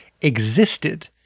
existed